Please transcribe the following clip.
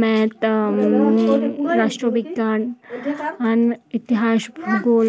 math রাষ্ট্রবিজ্ঞান অ্যান ইতিহাস ভূগোল